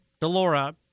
DeLora